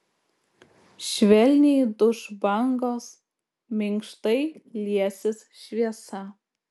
švelniai duš bangos minkštai liesis šviesa